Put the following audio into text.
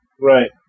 right